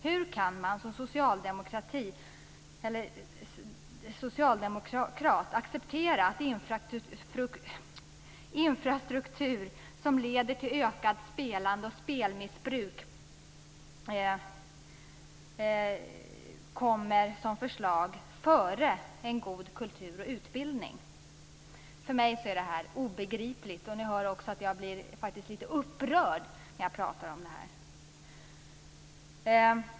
Hur kan man som socialdemokrat acceptera att ett förslag om en infrastruktur som leder till ökat spelande och spelmissbruk kommer före ett förslag om god kultur och utbildning? För mig är det här obegripligt. Som ni hör blir jag faktiskt litet upprörd när jag pratar om det här.